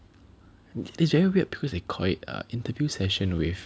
it's very weird because they call it a interview session with